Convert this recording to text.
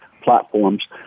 platforms